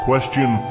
Question